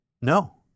No